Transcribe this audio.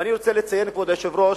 ואני רוצה לציין, כבוד היושב-ראש,